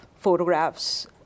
photographs